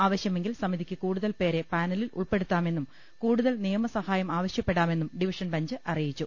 ആവശൃമെങ്കിൽ സമി തിക്ക് കൂടുതൽ പേരെ പാനലിൽ ഉൾപ്പെടുത്താമെന്നും കൂടുതൽ നിയമസഹായം ആവശ്യപ്പെടാമെന്നും ഡിവിഷൻ ബെഞ്ച് അറി യിച്ചു